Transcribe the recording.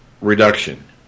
reduction